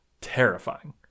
terrifying